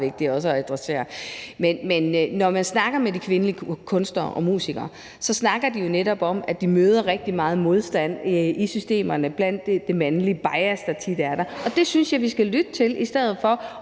meget, meget vigtig også at adressere. Men når man snakker med de kvindelige kunstnere og musikere, snakker de jo netop om, at de møder rigtig meget modstand i systemerne i forhold til det mandlige bias, der tit er der. Og det synes jeg vi skal lytte til i stedet for